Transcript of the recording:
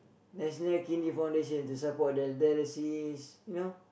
National-Kidney-Foundation to support the dialysis you know